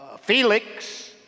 Felix